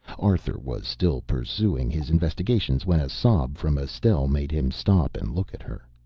arthur was still pursuing his investigation when a sob from estelle made him stop and look at her.